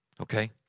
Okay